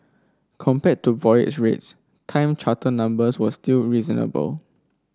compared to voyage rates time charter numbers were still reasonable